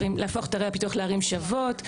להפוך את ערי הפיתוח לערים שוות,